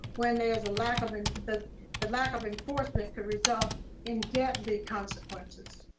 when there's a lack of and the the lack of enforcement could result in deadly consequences.